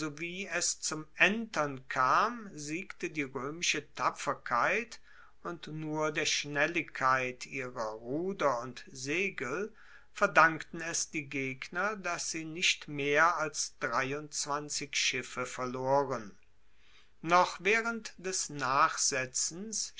es zum entern kam siegte die roemische tapferkeit und nur der schnelligkeit ihrer ruder und segel verdankten es die gegner dass sie nicht mehr als schiffe verloren noch waehrend des nachsetzens